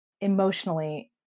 emotionally